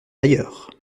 ailleurs